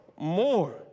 More